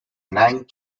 nang